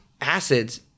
acids